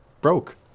broke